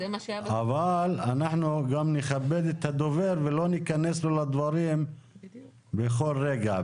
אבל אנחנו גם נכבד את הדובר ולא ניכנס לו לדברים בכל רגע.